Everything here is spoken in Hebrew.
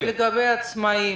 לגבי העצמאיים